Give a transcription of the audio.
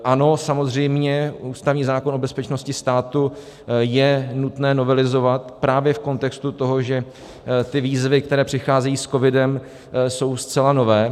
Ano, samozřejmě ústavní zákon o bezpečnosti státu je nutné novelizovat právě v kontextu toho, že ty výzvy, které přicházejí s covidem, jsou zcela nové.